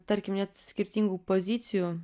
tarkim net skirtingų pozicijų